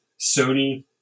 Sony